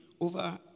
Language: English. over